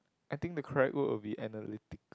I think the correct word will be analytic